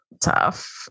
tough